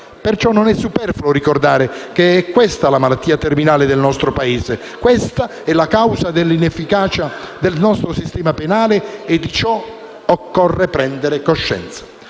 Perciò non è superfluo ricordare che è questa la malattia terminale del nostro Paese. Questa è la causa dell'inefficacia del nostro sistema penale e di ciò occorre prendere coscienza.